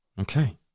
Okay